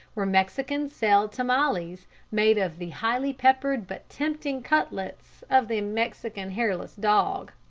where mexicans sell tamales made of the highly-peppered but tempting cutlets of the mexican hairless dog.